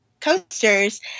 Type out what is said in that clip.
coasters